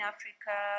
Africa